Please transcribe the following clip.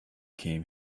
came